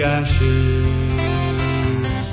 ashes